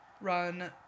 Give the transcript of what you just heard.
run